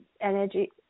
energy